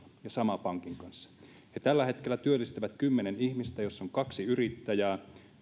ja sama pankin kanssa he tällä hetkellä työllistävät kymmenen ihmistä joissa on kaksi yrittäjää